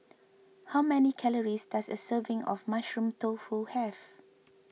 how many calories does a serving of Mushroom Tofu have